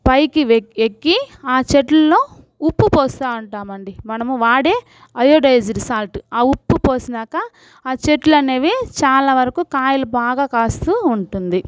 పైకి వె ఎక్కి ఆ చెట్టులో ఉప్పు పోస్తా ఉంటామండీ మనం వాడే అయోడైజెడ్ సాల్ట్ ఆ ఉప్పు పోసినాక ఆ చెట్లనేవి చాలా వరకు కాయలు బాగా కాస్తూ ఉంటుంది